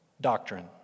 doctrine